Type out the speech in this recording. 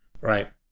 Right